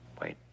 Wait